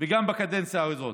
וגם בקדנציה הזאת: